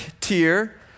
tier